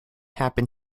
happen